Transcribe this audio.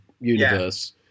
universe